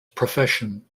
profession